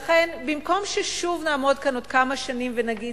לכן, במקום ששוב נעמוד כאן בעוד כמה שנים ונגיד,